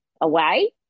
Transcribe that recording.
away